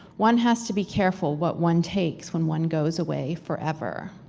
one has to be careful what one takes when one goes away forever.